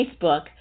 Facebook